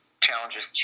challenges